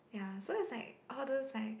ya so is like all those like